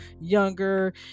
younger